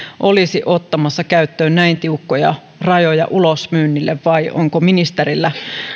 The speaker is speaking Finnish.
olisi ottamassa käyttöön näin tiukkoja rajoja ulosmyynnille vai onko ministerillä